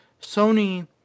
Sony